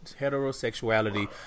heterosexuality